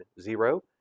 zero